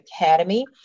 Academy